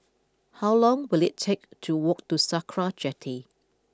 how long will it take to walk to Sakra Jetty